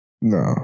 No